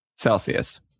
Celsius